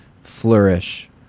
flourish